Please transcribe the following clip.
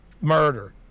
murder